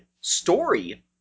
story